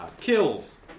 kills